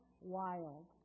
wild